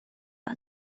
آید